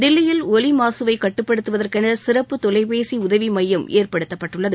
தில்லியில் ஒலி மாகவை கட்டுப்படுத்துவதற்கென சிறப்பு தொலைபேசி உதவி மையம் ஏற்படுத்தப்பட்டுள்ளது